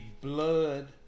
blood